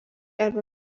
arba